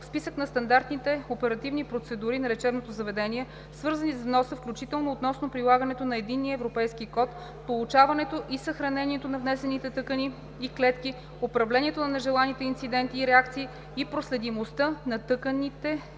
списък на стандартните оперативни процедури на лечебното заведение, свързани с вноса, включително относно прилагането на Единния европейски код, получаването и съхранението на внесените тъкани и клетки, управлението на нежеланите инциденти и реакции и проследимостта на тъканите и клетките